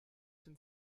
dem